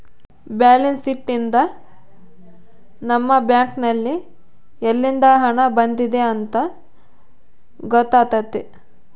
balance sheet ಯಿಂದ ನಮ್ಮ bank ನಲ್ಲಿ ಯಲ್ಲಿಂದ ಹಣ ಬಂದಿದೆ ಅಂತ ಗೊತ್ತಾತತೆ